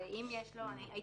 אתם רואים, זה בנק ישראל.